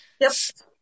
yes